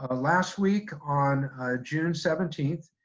ah last week on june seventeenth,